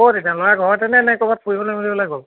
ক'ত এতিয়া ল'ৰা ঘৰতে নে নে ক'ৰোবাত ফুৰিবলৈ গ'ল